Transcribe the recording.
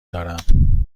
دارم